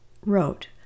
wrote